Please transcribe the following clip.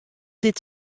dit